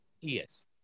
yes